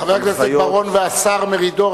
חבר הכנסת בר-און והשר מרידור,